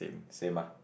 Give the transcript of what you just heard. same ah